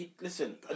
Listen